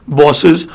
bosses